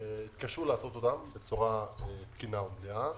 התקשו לעשות אותן בצורה תקינה ומלאה.